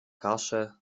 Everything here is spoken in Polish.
kaszę